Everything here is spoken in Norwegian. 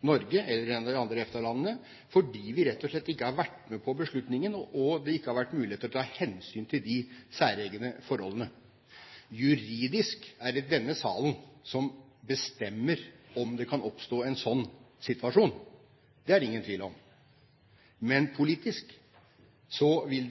Norge eller i et av de andre EFTA-landene fordi vi rett og slett ikke har vært med på beslutningen og det ikke har vært muligheter til å ta hensyn til våre særegne forhold. Juridisk er det denne salen som bestemmer om det kan oppstå en sånn situasjon – det er det ingen tvil om. Men politisk vil